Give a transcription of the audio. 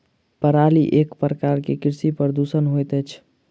पराली एक प्रकार के कृषि प्रदूषण होइत अछि